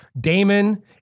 Damon